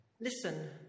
Listen